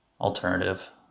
alternative